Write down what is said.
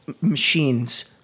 machines